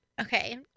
Okay